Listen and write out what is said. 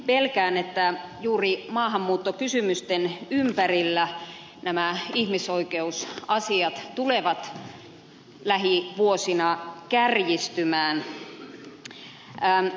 pelkään että juuri maahanmuuttokysymysten ympärillä nämä ihmisoikeusasiat tulevat lähivuosina kärjistymään